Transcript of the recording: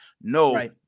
No